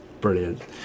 Brilliant